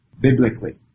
biblically